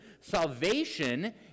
salvation